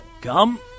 Come